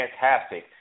fantastic